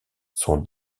son